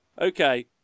Okay